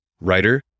writer